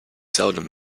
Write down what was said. seldom